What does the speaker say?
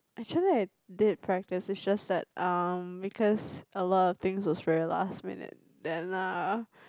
actually I did practice it's just that um because a lot of things was very last minute then uh